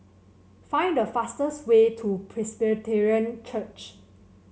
find the fastest way to Presbyterian Church